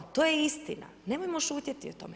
To je istina, nemojmo šutjeti o tome.